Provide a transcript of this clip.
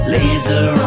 Laser